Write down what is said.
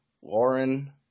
Warren